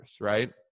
right